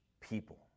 people